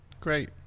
great